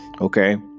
Okay